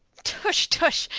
tush! tush!